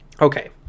Okay